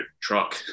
truck